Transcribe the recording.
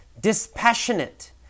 Dispassionate